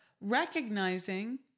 recognizing